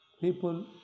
people